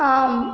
ஆம்